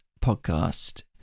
podcast